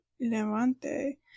Levante